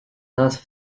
nas